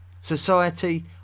Society